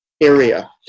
area